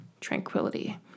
tranquility